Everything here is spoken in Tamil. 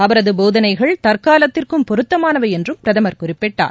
அவரது போதனைகள் தற்காலத்திற்கும் பொருத்தமானவை என்றும் பிரதமர் குறிப்பிட்டார்